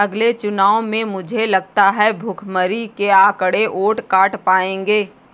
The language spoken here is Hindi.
अगले चुनाव में मुझे लगता है भुखमरी के आंकड़े वोट काट पाएंगे